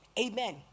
Amen